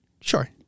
Sure